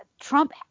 Trump